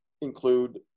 include